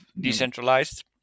decentralized